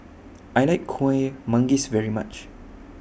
I like Kuih Manggis very much